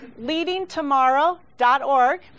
leadingtomorrow.org